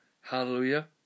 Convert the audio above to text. Hallelujah